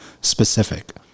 specific